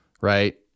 right